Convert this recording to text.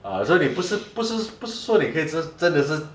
ah so 你不是不是不是说你是真的是